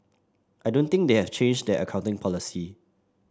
I don't think they have changed their accounting policy